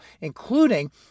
including